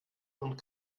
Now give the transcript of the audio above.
und